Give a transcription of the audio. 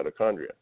mitochondria